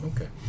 Okay